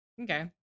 Okay